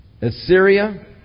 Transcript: Assyria